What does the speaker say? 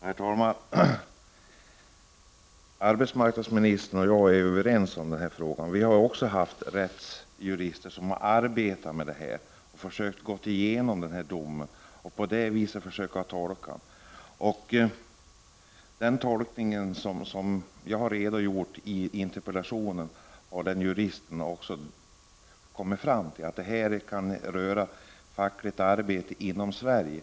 Herr talman! Arbetsmarknadsministern och jag är överens i den här frågan. Också jag har haft kontakt med rättsjurister som arbetat med den här domen, gått igenom den och på det viset försökt tolka den. Enligt den tolkning som jag har redogjort för i interpellationen har juristerna kommit fram till att domen kan röra fackligt arbete inom Sverige.